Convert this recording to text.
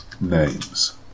names